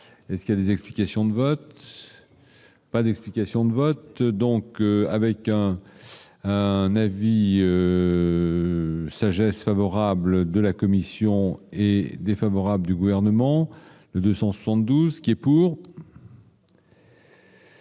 Est ce qu'il a des explications de vote, pas d'explication de vote donc avec un un avis de sagesse. Favorable de la commission est défavorable du gouvernement le 272 qui est pour.